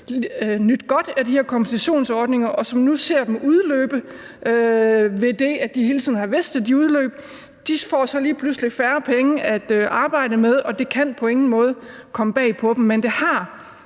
nydt godt af de her kompensationsordninger, og som nu ser dem udløbe – og de har hele tiden vidst, at de udløb – får så lige pludselig færre penge at arbejde med, og det kan på ingen måde komme bag på dem. Men det har